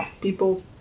people